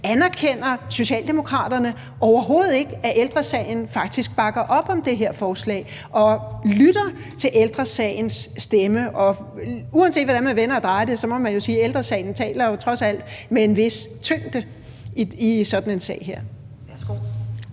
Anerkender Socialdemokraterne overhovedet ikke, at Ældre Sagen faktisk bakker op om det her forslag, og lytter man til Ældre Sagens stemme? Og uanset hvordan man vender og drejer det, må man jo sige, at Ældre Sagen trods alt taler med en vis tyngde i sådan en sag her.